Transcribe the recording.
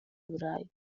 burayi